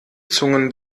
zungen